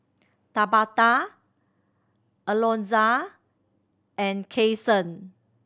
Tabatha Alonza and Cason